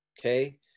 okay